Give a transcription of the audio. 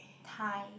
thigh